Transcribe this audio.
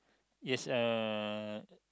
yes uh